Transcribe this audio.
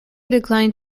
declined